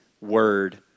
word